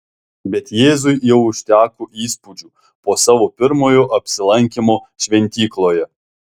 bet jėzui jau užteko įspūdžių po savo pirmojo apsilankymo šventykloje